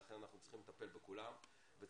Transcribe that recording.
ולכן אנחנו צריכים לטפל בכולם וצריכים